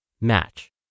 match